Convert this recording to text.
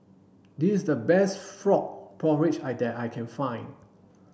this is the best frog porridge I that I can find